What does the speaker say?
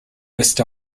west